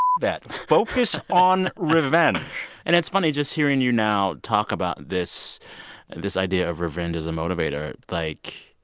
that. focus on revenge and it's funny just hearing you now talk about this this idea of revenge as a motivator, like,